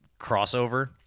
crossover –